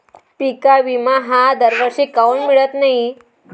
पिका विमा हा दरवर्षी काऊन मिळत न्हाई?